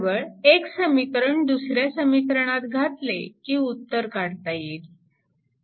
केवळ एक समीकरण दुसऱ्या समीकरणात घातले की उत्तर काढता येईल